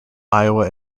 iowa